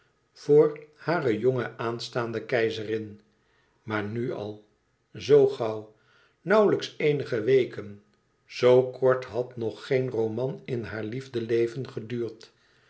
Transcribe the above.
voor hare jonge aanstaande keizerin maar nu al zoo gauw nauwlijks eenige weken zoo kort had nog géen roman in haar liefdeleven geduurd